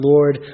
Lord